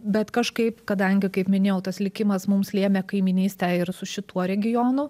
bet kažkaip kadangi kaip minėjau tas likimas mums lėmė kaimynystę ir su šituo regionu